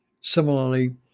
Similarly